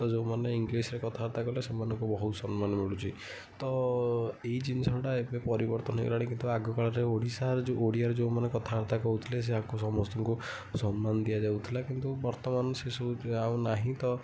ତ ଯେଉଁମାନେ ଇଂଗ୍ଲିଶ୍ରେ କଥାବାର୍ତ୍ତା କଲେ ସେମାନଙ୍କୁ ବହୁତ ସମ୍ମାନ ମିଳୁଛି ତ ଏଇ ଜିନିଷଟା ଏବେ ପରିବର୍ତ୍ତନ୍ ହେଇଗଲାଣି କିନ୍ତୁ ଆଗକାଳରେ ଓଡ଼ିଶାର ଓଡ଼ିଆରେ ଯେଉଁମାନେ କଥାବାର୍ତ୍ତା କହୁଥିଲେ ସେଆକୁ ସମସ୍ତଙ୍କୁ ସମ୍ମାନ ଦିଆ ଯାଉଥିଲା କିନ୍ତୁ କଥାବାର୍ତ୍ତା ସେସବୁ ଆଉ ନାହିଁ ତ